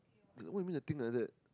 what you mean the thing like that